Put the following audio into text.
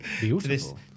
Beautiful